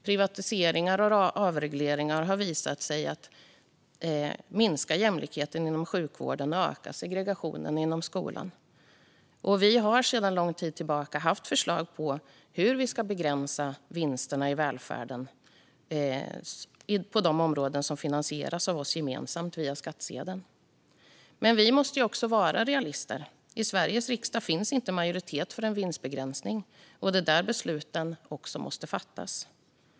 Privatiseringar och avregleringar har visat sig minska jämlikheten inom sjukvården och öka segregationen inom skolan. Vi har sedan lång tid tillbaka haft förslag på hur vi ska begränsa vinsterna i välfärden på de områden som finansieras gemensamt via skattsedeln. Men vi måste också vara realister. I Sveriges riksdag finns inte majoritet för en vinstbegränsning, och det är där besluten måste fattas.